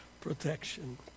protection